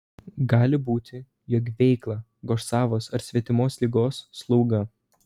gali būti jog veiklą goš savos ar svetimos ligos slauga